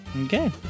Okay